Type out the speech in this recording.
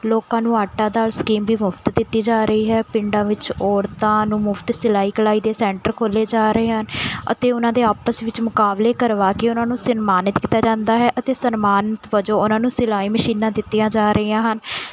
ਲੋਕਾਂ ਨੂੰ ਆਟਾ ਦਾਲ ਸਕੀਮ ਵੀ ਮੁਫ਼ਤ ਦਿੱਤੀ ਜਾ ਰਹੀ ਹੈ ਪਿੰਡਾਂ ਵਿੱਚ ਔਰਤਾਂ ਨੂੰ ਮੁਫ਼ਤ ਸਿਲਾਈ ਕਢਾਈ ਦੇ ਸੈਂਟਰ ਖੋਲ੍ਹੇ ਜਾ ਰਹੇ ਹਨ ਅਤੇ ਉਹਨਾਂ ਦੇ ਆਪਸ ਵਿੱਚ ਮੁਕਾਬਲੇ ਕਰਵਾ ਕੇ ਉਹਨਾਂ ਨੂੰ ਸਨਮਾਨਿਤ ਕੀਤਾ ਜਾਂਦਾ ਹੈ ਅਤੇ ਸਨਮਾਨ ਵਜੋਂ ਉਹਨਾਂ ਨੂੰ ਸਿਲਾਈ ਮਸ਼ੀਨਾਂ ਦਿੱਤੀਆਂ ਜਾ ਰਹੀਆਂ ਹਨ